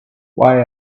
why